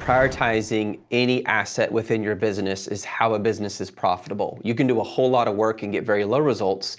prioritizing any asset within your business is how a business is profitable. you can do a whole lot of work and get very low results,